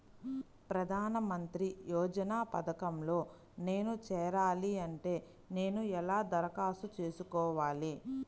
ప్రధాన మంత్రి యోజన పథకంలో నేను చేరాలి అంటే నేను ఎలా దరఖాస్తు చేసుకోవాలి?